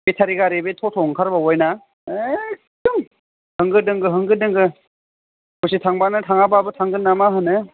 बेटारि गारि बे ट'ट' ओंखारबावबाय ना एखदम होंगो दोंगो होंगो दोंगो दसे थांबानो थाङाबाबो थांगोन नामा होनो